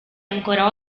ancora